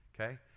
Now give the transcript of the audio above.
Okay